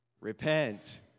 Repent